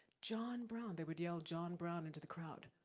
john brown, they would yell john brown into the crowd,